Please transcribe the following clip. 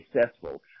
successful